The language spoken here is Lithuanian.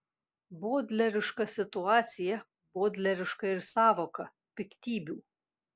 bodleriška situacija bodleriška ir sąvoka piktybių